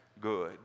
good